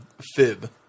fib